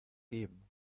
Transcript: geben